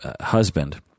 husband